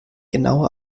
genaue